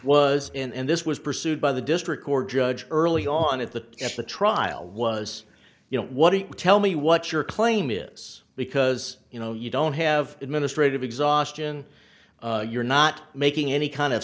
was and this was pursued by the district court judge early on at the at the trial was you know what it would tell me what your claim is because you know you don't have administrative exhaustion you're not making any kind of